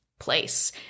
place